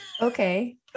Okay